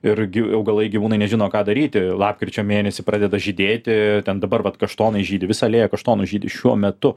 irgi augalai gyvūnai nežino ką daryti lapkričio mėnesį pradeda žydėti ten dabar vat kaštonai žydi visa alėja kaštonų žydi šiuo metu